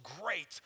great